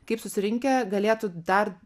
kaip susirinkę galėtų dar